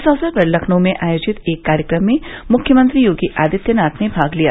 इस अवसर पर लखनऊ में आयोजित एक कार्यक्रम में मुख्यमंत्री योगी आदित्यनाथ ने भाग लिया